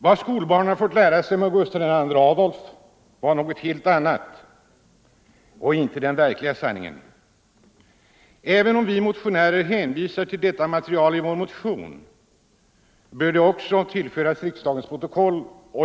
Vad skolbarnen fått lära sig om Gustav II Adolf har varit något helt annat — inte den verkliga sanningen. Även om vi motionärer hänvisar till detta material bör det tillföras riksdagens protokoll.